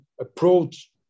approach